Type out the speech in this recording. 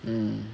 mm